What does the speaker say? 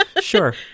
Sure